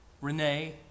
Renee